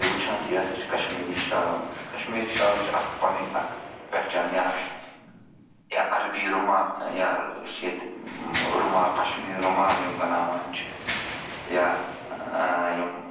وٕچھان چھِ یہِ ہسا چھِ کَشمیٖری شال کَشمیٖری شالَس چھِ اَکھ پَنٕنۍ اَکھ پہچان یا یا عربی رُوما یا أسۍ چھِ ییٚتہِ روٗما پشمیٖن روٗمال یِم بناوان چھِ یا یِم